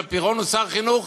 כאשר פירון היה שר חינוך,